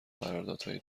قراردادهای